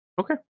Okay